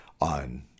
on